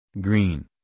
Green